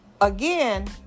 again